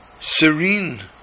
serene